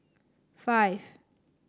five